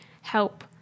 help